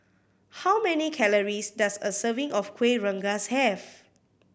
how many calories does a serving of Kuih Rengas have